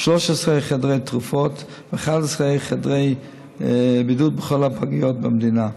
13 חדרי תרופות ו-11 חדרי בידוד בכל הפגיות במדינה.